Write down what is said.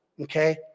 okay